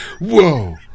Whoa